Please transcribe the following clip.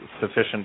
sufficient